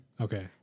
okay